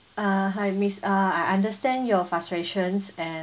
uh hi miss uh I understand your frustrations and